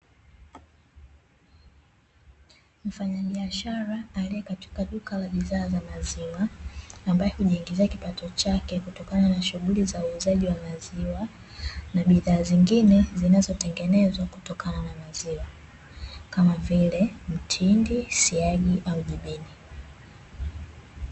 Mfanyabiashara aliye katika duka la bidhaa za maziwa, ambaye hujiingizia kipato chake kutokana na shughuli za uuzaji wa maziwa na bidhaa zingine zinazotengenezwa kutokana na maziwa; kama vile mtindi, siagi au jibini.